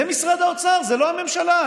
זה משרד האוצר, זאת לא הממשלה.